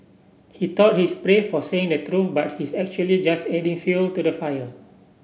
he thought his brave for saying the truth but his actually just adding fuel to the fire